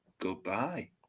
goodbye